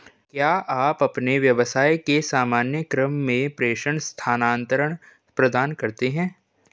क्या आप अपने व्यवसाय के सामान्य क्रम में प्रेषण स्थानान्तरण प्रदान करते हैं?